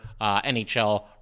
NHL